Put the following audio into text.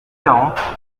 quarante